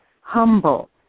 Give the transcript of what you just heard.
humble